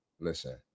listen